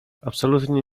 absolutnie